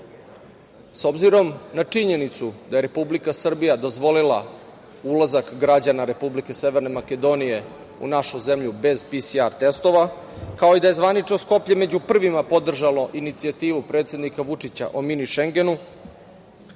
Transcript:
obzirom na činjenicu da je Republika Srbija dozvolila ulazak građana Republike Severne Makedonije u našu zemlju bez PSR testova, kao i da je zvanično Skoplje među prvima podržalo inicijativu predsednika Vučića o „Mini Šengenu“,